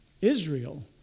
Israel